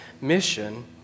mission